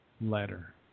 letter